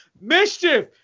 Mischief